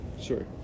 Sure